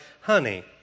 honey